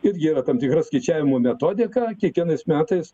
irgi yra tam tikra skaičiavimo metodika kiekvienais metais